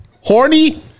Horny